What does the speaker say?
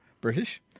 British